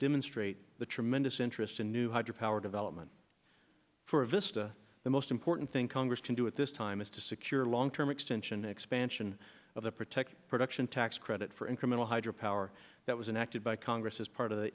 demonstrate the tremendous interest in new hydro power development for vista the most important thing congress can do at this time is to secure long term extension expansion of the protective production tax credit for incremental hydropower that was and acted by congress as part of the